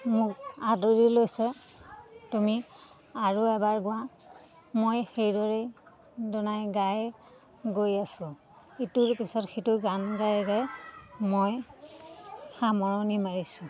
মোক আদৰি লৈছে তুমি আৰু এবাৰ গোৱা মই সেইদৰেই দুনাই গাই গৈ আছোঁ ইটোৰ পিছত সিটো গান গাই গাই মই সামৰণি মাৰিছোঁ